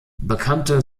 bekannte